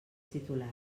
titular